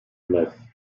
mess